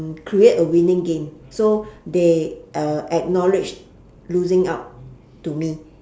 to create a winning game so they uh acknowledge losing out to me